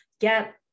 get